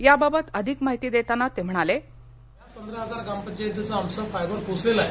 याबाबत अधिक माहिती देताना ते म्हणाले पंधरा हजार ग्रामपंचायतींमध्ये ऑप्टिक फायबर पोहोचलेले आहे